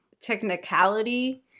technicality